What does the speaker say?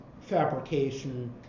fabrication